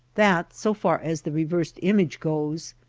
that, so far as the reversed image goes,